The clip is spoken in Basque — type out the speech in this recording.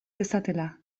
dezatela